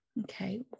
Okay